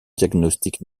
diagnostiques